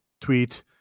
tweet